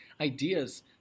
ideas